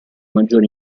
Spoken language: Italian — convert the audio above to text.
maggiore